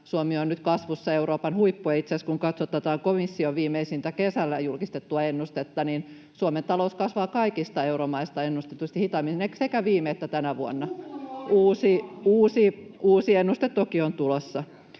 Suomi on nyt kasvussa Euroopan huippua. Itse asiassa, kun katsotaan komission viimeisintä kesällä julkistettua ennustetta, Suomen talous kasvaa ennustetusti kaikista euromaista hitaimmin sekä viime että tänä vuonna. [Jussi Saramon välihuuto]